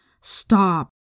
Stop